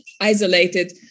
isolated